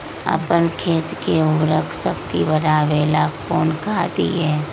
अपन खेत के उर्वरक शक्ति बढावेला कौन खाद दीये?